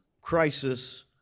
crisis